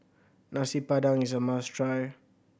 Nasi Padang is a must try